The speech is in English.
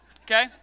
Okay